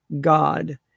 God